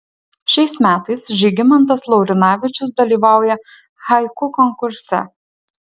šiais metais žygimantas laurinavičius dalyvauja haiku konkurse